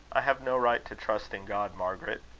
i have no right to trust in god, margaret.